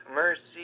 mercy